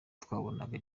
twabonaga